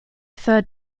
third